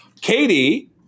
Katie